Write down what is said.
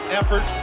effort